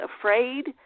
afraid